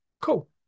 cool